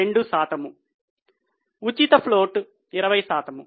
2 శాతం ఉచిత ఫ్లోట్ 20 శాతం